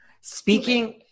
Speaking